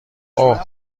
اوه